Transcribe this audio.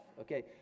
okay